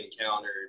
encountered